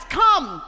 come